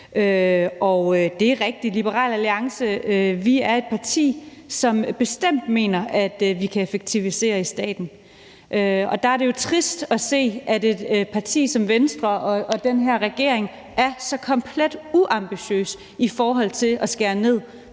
Det er rigtigt, at Liberal Alliance er et parti, som bestemt mener, vi kan effektivisere i staten. Der er det jo trist at se, at et parti som Venstre og den her regering er så komplet uambitiøse i forhold til at skære ned på de